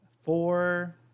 Four